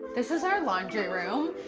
this is our laundry room.